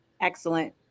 Excellent